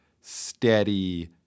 steady